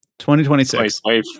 2026